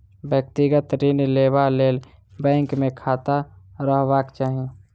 व्यक्तिगत ऋण लेबा लेल बैंक मे खाता रहबाक चाही